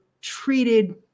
treated